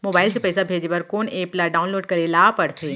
Mobile से पइसा भेजे बर कोन एप ल डाऊनलोड करे ला पड़थे?